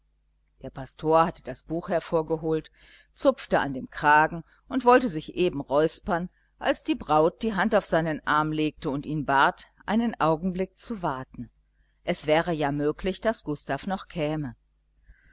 der pastor hatte das buch hervorgeholt zupfte an dem kragen und wollte sich eben räuspern als die braut die hand auf seinen arm legte und ihn bat einen augenblick zu warten es wäre ja möglich daß gustav noch käme